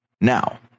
Now